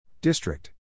District